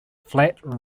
flat